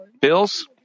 bills